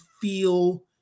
feel